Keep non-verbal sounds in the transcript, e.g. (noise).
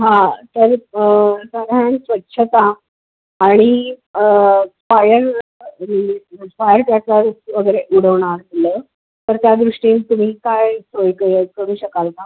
हां तर साधारण स्वच्छता आणि फायर (unintelligible) त्याच्यावर वगरे उडवणार म्हटलं तर त्यादृष्टीनी तुम्ही काय सोय करू शकाल का